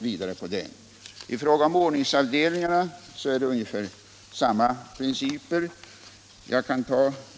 I fråga om ordningsavdelningarna anges ungefär samma principer.